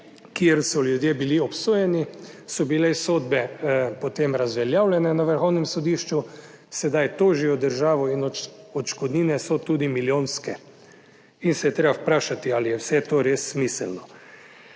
kjer so ljudje bili obsojeni, so bile sodbe, potem razveljavljene na vrhovnem sodišču sedaj tožijo državo in odškodnine so tudi milijonske. In se je treba vprašati ali je vse to res smiselno.